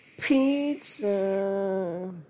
Pizza